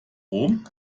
rom